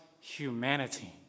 humanity